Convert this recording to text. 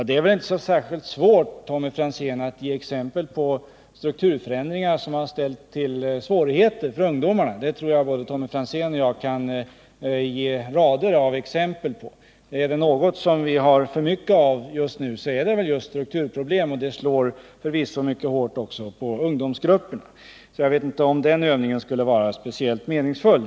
Det är inte särskilt svårt, Tommy Franzén, att ge exempel på strukturförändringar som har ställt till svårigheter, jag tror att vi båda kan ge rader av sådana exempel. Är det något vi har för mycket av just nu är det strukturproblem, och de slår förvisso mycket hårt på ungdomsgrupperna. Därför tror jag inte att den övningen skulle vara speciellt meningsfull.